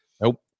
Nope